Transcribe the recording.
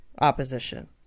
opposition